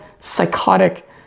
psychotic